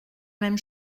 même